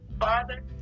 Father